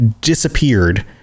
disappeared